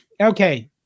okay